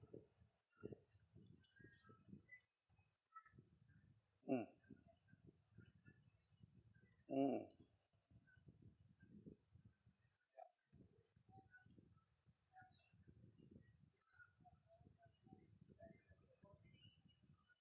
mm mm